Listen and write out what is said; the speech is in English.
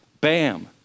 bam